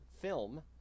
film